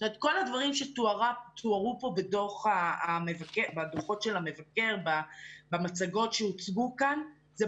כל מהדברים שתוארו כאן בדוחות של המבקר ובמצגות שהוצגו כאן זאת